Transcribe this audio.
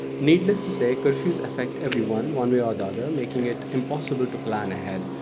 needless to say, curfews affect everyone one way or the other, making it impossible to plan ahead,